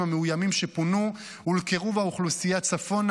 המאוימים שפונו ולקירוב האוכלוסייה צפונה,